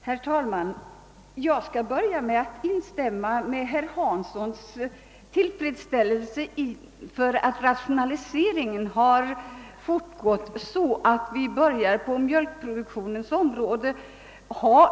Herr talman! Jag skall börja med att instämma i herr Hanssons i Skegrie tillfredsställelse över att rationaliseringen har fortgått så att vi börjar få balans på mjölkproduktionens område.